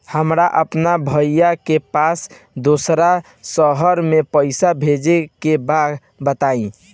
हमरा अपना भाई के पास दोसरा शहर में पइसा भेजे के बा बताई?